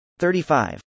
35